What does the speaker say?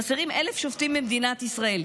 חסרים 1,000 שופטים במדינת ישראל.